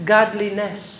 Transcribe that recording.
Godliness